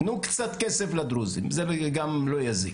תנו קצת כסף לדרוזים, זה גם לא יזיק.